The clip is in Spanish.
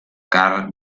carl